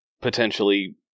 potentially